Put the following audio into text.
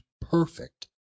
perfect